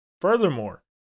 Furthermore